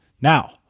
Now